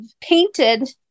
painted